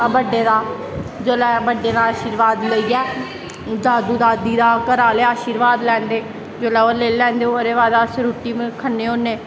बड्डे दा जिसलै बड्डें दा आशीर्बाद लेइयै दादू दादू दा घर आह्ले आशीर्वाद लैंदे जिसलै ओह् लेई लैंदे ओह्दे बाद अस रुट्टी खन्ने होन्ने